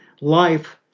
life